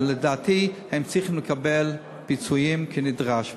ולדעתי הם צריכים לקבל פיצויים כנדרש.